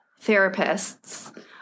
therapists